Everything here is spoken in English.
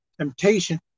Temptation